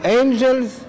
angels